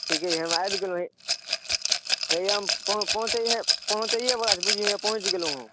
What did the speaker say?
ठीके यए हम आबि गेलहुँ हैया हम पहुँचैए पहुँचैएवला पहुँच गेलहुँ हम